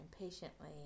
impatiently